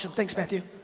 thanks matthew.